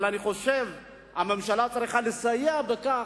אבל אני חושב שהממשלה צריכה לסייע בכך,